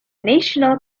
national